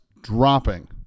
dropping